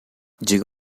diga